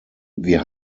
wir